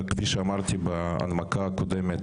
כפי שאמרתי בהנמקה הקודמת,